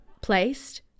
placed